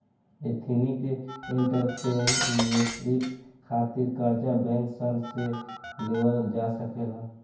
ethnic entrepreneurship खातिर कर्जा bank सन से लेवल जा सकेला